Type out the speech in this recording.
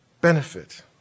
benefit